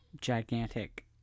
gigantic